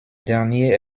dernier